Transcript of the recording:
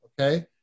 okay